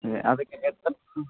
ആ അതൊക്കെ